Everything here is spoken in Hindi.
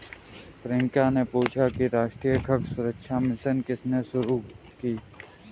प्रियंका ने पूछा कि राष्ट्रीय खाद्य सुरक्षा मिशन किसने शुरू की?